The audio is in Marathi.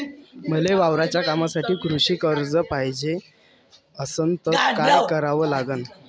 मले वावराच्या कामासाठी कृषी कर्ज पायजे असनं त काय कराव लागन?